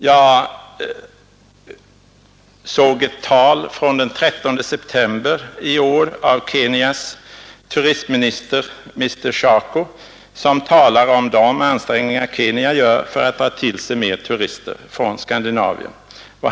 Jag läste ett tal från den 13 september i år av Kenyas turistminister Mr Shako, som talar om de ansträngningar Kenya gör för att dra till sig fler turister från Skandinavien.